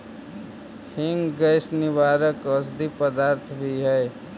हींग गैस निवारक औषधि पदार्थ भी हई